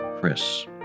Chris